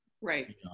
right